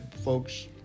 folks